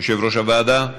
יושב ראש-הוועדה.